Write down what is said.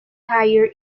higher